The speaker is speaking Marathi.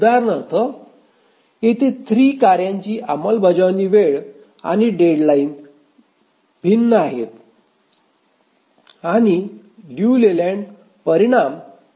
उदाहरणार्थ येथे 3 कार्याची अंमलबजावणीची वेळ आणि डेडलाइन भिन्न आहेत आणि लियू लेलँड परिणाम तपासणे आवश्यक आहे